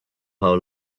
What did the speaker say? how